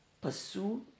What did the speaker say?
pursue